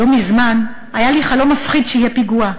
לא מזמן היה לי חלום מפחיד שיהיה פיגוע,